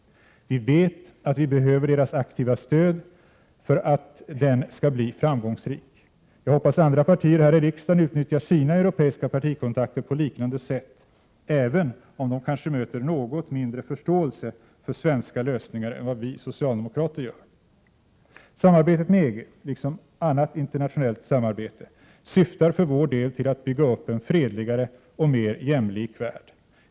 Vi vet att vi behöver deras aktiva stöd för att den skall bli framgångsrik. Jag hoppas att andra partier här i riksdagen utnyttjar sina europeiska partikontakter på liknande sätt — även om de kanske möter något mindre förståelse för svenska lösningar än vad vi socialdemokrater gör. Samarbetet med EG, liksom annat internationellt samarbete, syftar för vår del till att bygga en fredligare och mer jämlik värld.